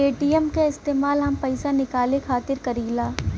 ATM क इस्तेमाल हम पइसा निकाले खातिर करीला